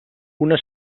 una